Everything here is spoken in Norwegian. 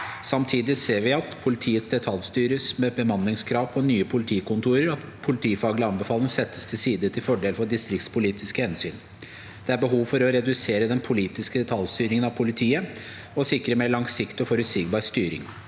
Samtidig ser vi at politiet detaljstyres med bemanningskrav på nye politi- kontor og at politifaglige anbefalinger settes til side til for- del for distriktspolitiske hensyn. Det er behov for å redusere den politiske detaljstyringen av politiet, og sikre mer langsiktig og forutsigbar styring.